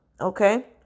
Okay